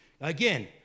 Again